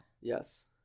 Yes